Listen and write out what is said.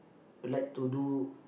like to do